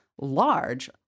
Large